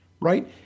right